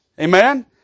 Amen